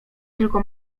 tylko